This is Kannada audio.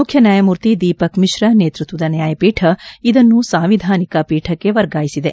ಮುಖ್ಡ ನ್ವಾಯಮೂರ್ತಿ ದೀಪಕ್ ಮಿಶ್ರಾ ನೇತೃತ್ವದ ನ್ವಾಯಪೀಠ ಇದನ್ನು ಸಾಂವಿಧಾನಿಕ ಪೀಠಕ್ಕೆ ವರ್ಗಾಯಿಸಿದೆ